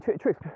Truth